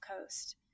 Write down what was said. Coast